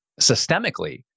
systemically